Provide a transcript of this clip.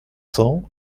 cents